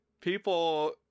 People